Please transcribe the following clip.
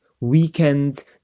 weekends